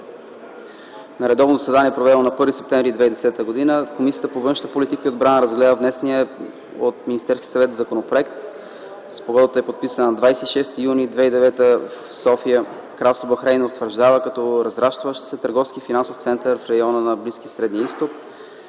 На редовно заседание, проведено на 1 септември 2010 г., Комисията по външна политика и отбрана разгледа внесения от Министерския съвет законопроект. Спогодбата е подписана на 26 юни 2009 г. в София. Кралство Бахрейн се утвърждава като разрастващ се търговски и финансов център в района на Близкия и Средния изток.